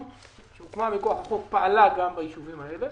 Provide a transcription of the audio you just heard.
שהוקמה מכוח חוק פעלה גם ביישובים האלה,